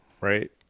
right